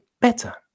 better